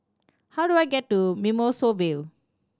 how do I get to Mimosa Vale